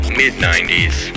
mid-90s